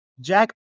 Jack